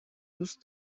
دوست